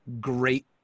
great